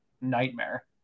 nightmare